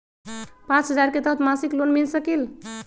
पाँच हजार के तहत मासिक लोन मिल सकील?